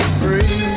free